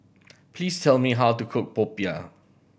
please tell me how to cook popiah